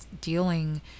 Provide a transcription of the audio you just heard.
dealing